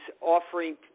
offering